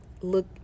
look